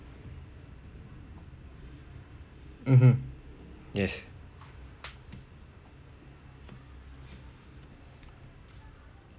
mmhmm yes